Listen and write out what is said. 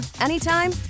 anytime